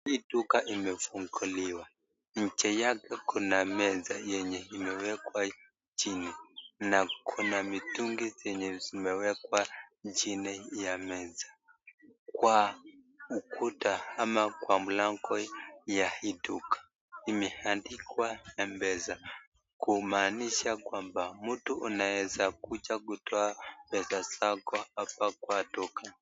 Hii duka imefunguliwa njee yake kuna meza yenye imewekwa chini na kuna mitungi zenye zimewekwa chini ya meza, kwa ukuta ama kwa mlango ya hii duka imeandikwa mpesa kumanisha kwamba mtu unaeza kuja kutoa pesa zako hapa kwa duka.